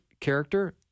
character